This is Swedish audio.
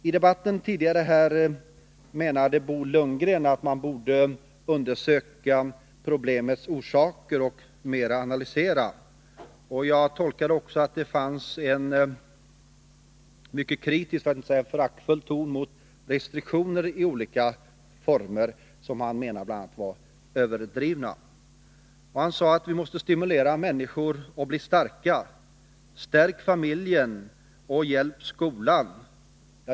I debatten tidigare menade Bo Lundgren att man borde undersöka problemets orsaker och mera analysera dem. Jag tolkar det också så, att det fanns en mycket kritisk, för att inte säga föraktfull, ton när det gäller restriktioner i olika former, som han bl.a. menade var överdrivna. Bo Lundgren sade att vi måste stimulera människor till att bli starka, stärka familjen och hjälpa skolan.